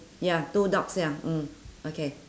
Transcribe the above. ya two dogs ya mm okay